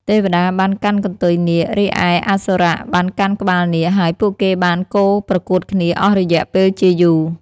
ទេវតាបានកាន់កន្ទុយនាគ រីឯអសុរៈបានកាន់ក្បាលនាគ ហើយពួកគេបានកូរប្រកួតគ្នាអស់រយៈពេលជាយូរ។